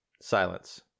Silence